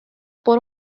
por